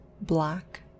black